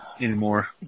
anymore